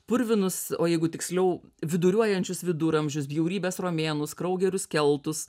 purvinus o jeigu tiksliau viduriuojančius viduramžius bjaurybes romėnus kraugerius keltus